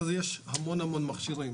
אחרי זה יש המון המון מכשירים,